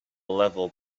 level